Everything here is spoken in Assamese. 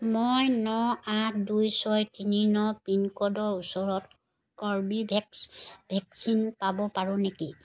মই ন আঠ দুই ছয় তিনি ন পিনক'ডৰ ওচৰত কৰ্বীভেক্স ভেকচিন পাব পাৰোঁ নেকি